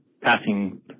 passing